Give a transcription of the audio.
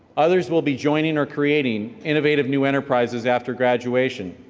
others will be joining or creating innovative new enterprises after graduation.